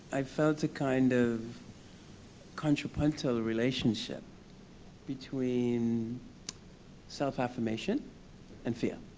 i felt a kind of contrapuntal relationship between self-affirmation and fear.